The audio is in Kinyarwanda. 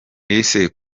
ese